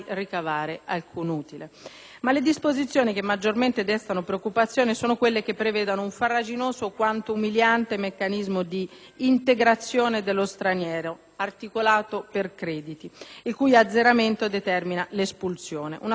Ma le disposizioni che maggiormente destano preoccupazione sono quelle che prevedono un farraginoso quanto umiliante meccanismo di integrazione dello straniero, «articolato per crediti», il cui azzeramento determina l'espulsione: una sorta di patente a punti